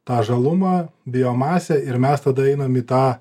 tą žalumą biomasę ir mes tada einam į tą